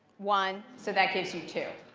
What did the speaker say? one. so that gives you two.